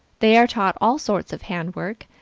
they are taught all sorts of handwork,